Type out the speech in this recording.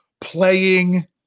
playing